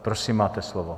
Prosím, máte slovo.